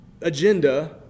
agenda